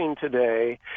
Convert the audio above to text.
today